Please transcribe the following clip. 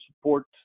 support